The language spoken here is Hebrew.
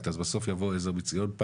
אז בסוף יבוא עזר מציון,